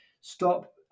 stop